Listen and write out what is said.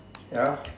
ya